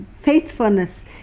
faithfulness